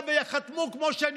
אני